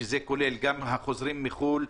שזה כולל את החוזרים מחו"ל,